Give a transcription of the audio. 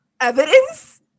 evidence